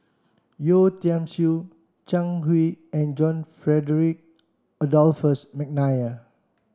Yeo Tiam Siew Zhang Hui and John Frederick Adolphus McNair